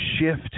shift